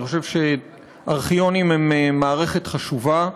אני חושב שארכיונים הם מערכת חשובה,